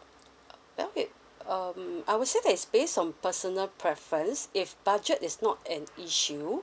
uh well it um I would say that it's based on personal preference if budget is not an issue